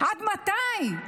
עד מתי?